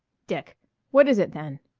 dick what is it then?